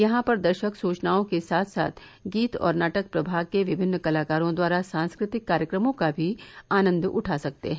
यहां पर दर्शक सूचनाओं के साथ साथ गीत और नाटक प्रभाग के विभिन्न कलाकारों द्वारा सांस्कृतिक कार्यक्रमों का भी आनन्द उठा सकते हैं